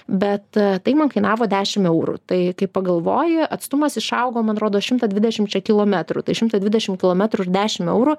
bet tai man kainavo dešim eurų tai kaip pagalvoji atstumas išaugo man rodos šimtą dvidešimčia kilometrų tai šimtą dvidešim kilometrų ir dešim eurų